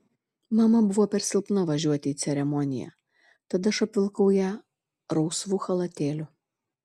mama buvo per silpna važiuoti į ceremoniją tad aš apvilkau ją rausvu chalatėliu